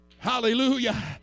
Hallelujah